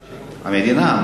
המדינה.